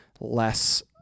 less